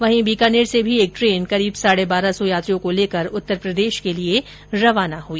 वहीं बीकानेर से भी एक ट्रेन करीब साढे बारह सौ यात्रियों को लेकर उत्तर प्रदेश के लिए रवाना हुई